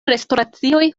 restoracioj